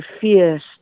fierce